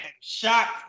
shocked